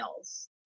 emails